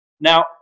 Now